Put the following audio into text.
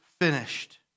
finished